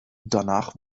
danach